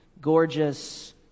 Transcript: gorgeous